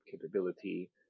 capability